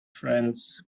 friends